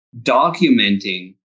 documenting